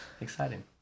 exciting